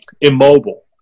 immobile